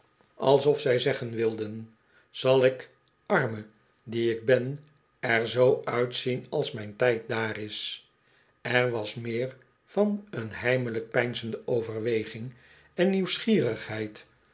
alsof zij zeggen wilden zal ik arme die ik ben er zoo uitzien als mijn tjd daar is er was meer vaneen heimelijk peinzende overweging en nieuwsgierigheid